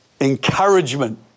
encouragement